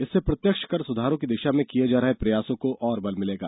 इससे प्रत्यक्ष कर सुधारों की दिशा में किए जा रहे प्रयासों को और बल मिलेगा